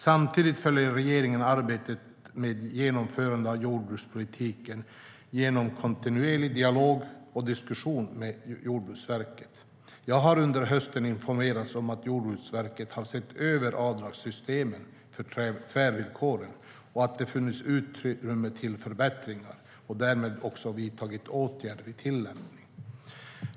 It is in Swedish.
Samtidigt följer regeringen arbetet med genomförandet av jordbrukspolitiken genom kontinuerlig dialog och diskussion med Jordbruksverket. Jag har under hösten informerats om att Jordbruksverket har sett över avdragssystemen för tvärvillkoren och att de har funnit utrymme för förbättringar och därmed också vidtagit åtgärder i tillämpningen.